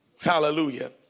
Hallelujah